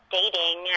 dating